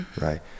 right